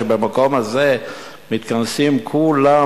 שבמקום הזה מתכנסים כולם,